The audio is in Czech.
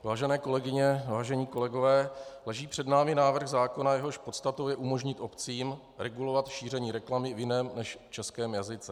Vážené kolegyně, vážení kolegové, leží před námi návrh zákona, jehož podstatou je umožnit obcím regulovat šíření reklamy v jiném než českém jazyce.